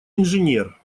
инженер